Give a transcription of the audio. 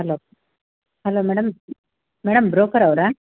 hello hello madam madam broker ಅವರಾ